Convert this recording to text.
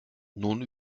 nun